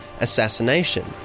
assassination